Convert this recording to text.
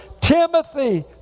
Timothy